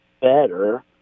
better